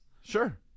sure